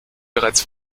bereits